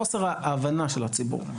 חוסר ההבנה של הציבור,